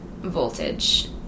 voltage